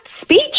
speech